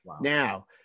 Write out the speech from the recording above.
Now